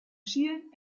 schielen